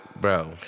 bro